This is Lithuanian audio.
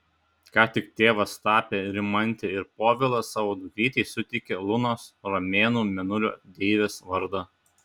ką tik tėvas tapę rimantė ir povilas savo dukrytei suteikė lunos romėnų mėnulio deivės vardą